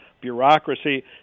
bureaucracy